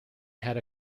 had